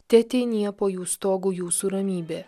teateinie po jų stogu jūsų ramybė